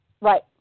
Right